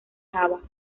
java